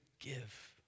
give